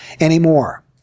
anymore